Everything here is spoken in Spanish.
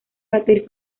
batir